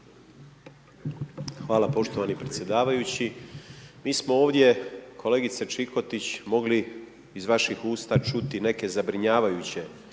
Hvala poštovani predsjedavajući. Mi smo ovdje, kolegice Čikotić mogli iz vaših usta čuti neke zabrinjavajuće